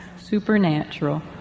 supernatural